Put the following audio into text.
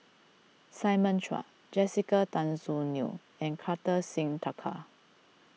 Simon Chua Jessica Tan Soon Neo and Kartar Singh Thakral